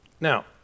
Now